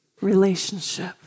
relationship